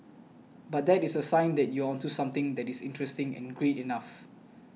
but that is a sign that you are onto something that is interesting and great enough